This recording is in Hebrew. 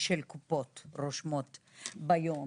של קופות רושמות ביום,